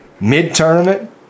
Mid-tournament